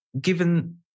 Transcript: given